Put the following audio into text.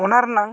ᱚᱱᱟ ᱨᱮᱱᱟᱜ